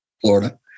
Florida